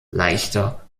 leichter